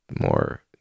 more